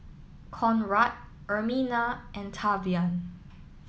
Conrad Ermina and Tavian